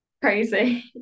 crazy